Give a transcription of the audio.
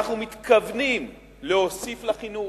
אנחנו מתכוונים להוסיף לחינוך,